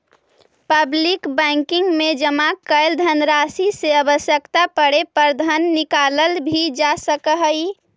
public banking में जमा कैल धनराशि से आवश्यकता पड़े पर धन निकालल भी जा सकऽ हइ